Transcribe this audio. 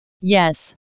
yes